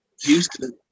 Houston